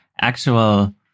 actual